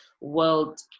world